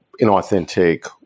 inauthentic